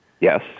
Yes